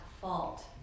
fault